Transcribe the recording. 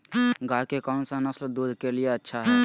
गाय के कौन नसल दूध के लिए अच्छा है?